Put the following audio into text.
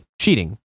cheating